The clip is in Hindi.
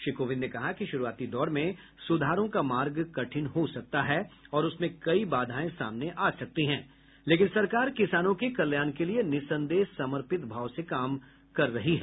श्री कोविंद ने कहा कि शुरुआती दौर में सुधारों का मार्ग कठिन हो सकता है और उसमें कई बाधाएं सामने आ सकती हैं लेकिन सरकार किसानों के कल्याण के लिए निसंदेह समर्पित भाव से काम किया है